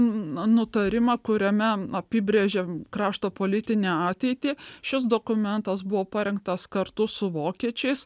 na nutarimą kuriame apibrėžėm krašto politinę ateitį šis dokumentas buvo parengtas kartu su vokiečiais